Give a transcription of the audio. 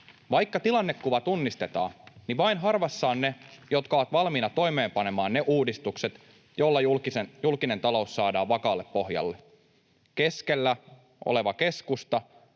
vaikka tilannekuva tunnistetaan, harvassa ovat ne, jotka ovat valmiina toimeenpanemaan ne uudistukset, joilla julkinen talous saadaan vakaalle pohjalle. Keskellä oleva keskusta